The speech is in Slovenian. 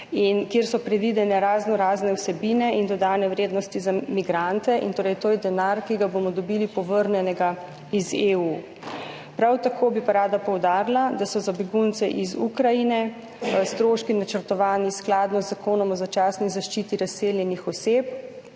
kjer so predvidene raznorazne vsebine in dodane vrednosti za migrante. To je denar, ki ga bomo dobili povrnjenega iz EU. Prav tako bi pa rada poudarila, da so za begunce iz Ukrajine stroški načrtovani skladno z Zakonom o začasni zaščiti razseljenih oseb